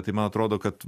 tai man atrodo kad